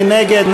מי נגד?